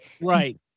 Right